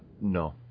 no